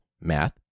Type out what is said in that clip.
math